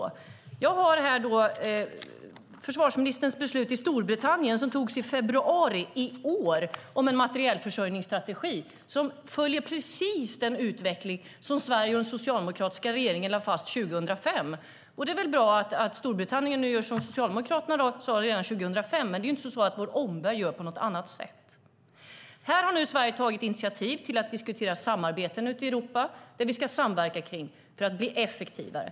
Men här har jag ett beslut från försvarsministern i Storbritannien. Detta beslut togs i februari i år och rör en materielförsörjningsstrategi som precis följer den utveckling som Sverige och den socialdemokratiska regeringen lade fast 2005. Det är väl bra att Storbritannien nu gör som Socialdemokraterna sade redan 2005, men det är alltså inte så att vår omvärld gör på något annat sätt. Här har nu Sverige tagit initiativ till att diskutera samarbeten ute i Europa där vi ska samverka kring för att bli effektivare.